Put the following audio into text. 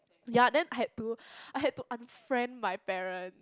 ya then I had to I had to unfriend my parents